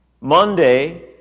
Monday